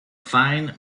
fine